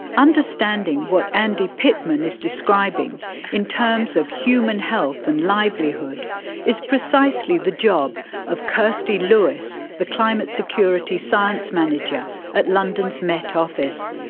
understanding what andy pitman is describing in terms of human health and livelihood is precisely the job of kirsty lewis, the climate security science manager at london's met office.